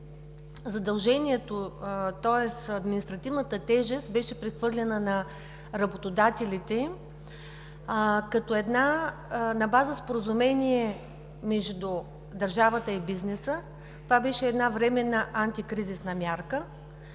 задължението, тоест административната тежест, беше прехвърлена на работодателите – на база споразумение между държавата и бизнеса. Това беше една временна антикризисна мярка.